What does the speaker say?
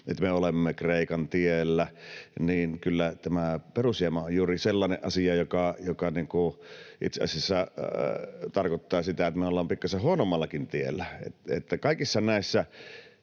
että me olemme Kreikan tiellä, niin kyllä tämä perusjäämä on juuri sellainen asia, joka itse asiassa tarkoittaa sitä, että me ollaan pikkasen huonommallakin tiellä. Kaikissa näissä